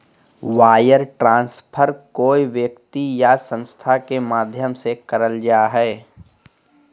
wire transfer कोय व्यक्ति या संस्था के माध्यम से करल जा हय